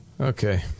Okay